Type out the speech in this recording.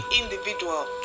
individual